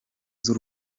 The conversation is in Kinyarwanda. z’u